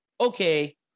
okay